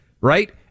right